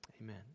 Amen